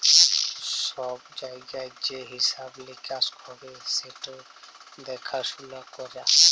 ছব জায়গায় যে হিঁসাব লিকাস হ্যবে সেট দ্যাখাসুলা ক্যরা